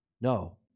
No